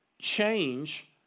change